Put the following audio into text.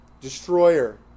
Destroyer